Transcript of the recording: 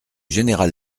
général